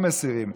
לא מסירים.